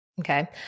Okay